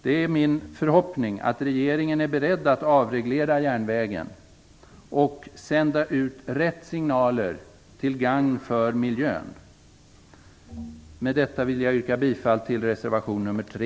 Det är min förhoppning att regeringen är beredd att avreglera järnvägen och sända ut rätt signaler, till gagn för miljön. Med detta yrkar jag bifall till reservation 3.